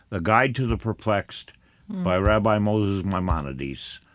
a guide to the perplexed by rabbi moses maimonides,